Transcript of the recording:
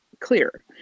Clear